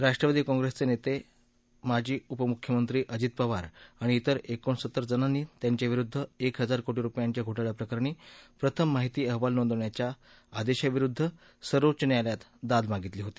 राष्ट्रवादी काँग्रेसचे नेते माजी उप मुख्यमंत्री अजित पवार आणि विर एकोणसत्तर जणांनी त्यांच्याविरुद्ध एक हजार कोटी रुपयांच्या घोटाळ्याप्रकरणी प्रथम माहिती अहवाल नोंदवण्याच्या आदेशाविरुद्ध सर्वोच्च न्यायालयात दाद मागितली होती